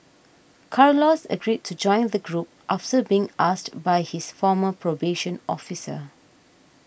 Carlos agreed to join the group after being asked by his former probation officer